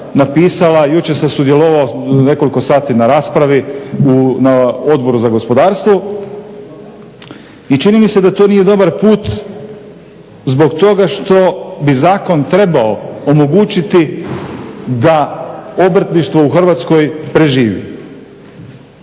napisala, jučer sam sudjelovao nekoliko sati na raspravi na Odboru za gospodarstvo. I čini mi se da to nije dobar put zbog toga što bi zakon trebao omogućiti da obrtništvo u Hrvatskoj preživi.